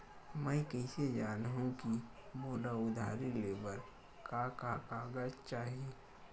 मैं कइसे जानहुँ कि मोला उधारी ले बर का का कागज चाही?